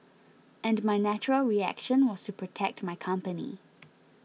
and my natural reaction was to protect my company